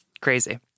Crazy